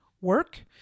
work